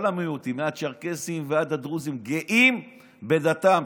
כל המיעוטים, מהצ'רקסים ועד הדרוזים, גאים בדתם.